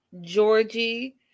Georgie